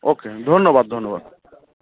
ওকে ধন্যবাদ ধন্যবাদ